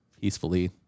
peacefully